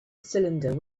cylinder